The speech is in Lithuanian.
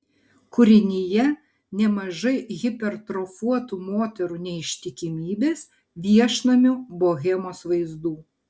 kūrinyje nemažai hipertrofuotų moterų neištikimybės viešnamių bohemos vaizdų